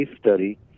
study